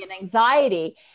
anxiety